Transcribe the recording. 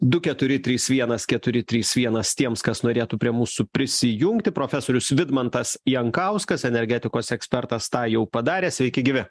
du keturi trys vienas keturi trys vienas tiems kas norėtų prie mūsų prisijungti profesorius vidmantas jankauskas energetikos ekspertas tą jau padarė sveiki gyvi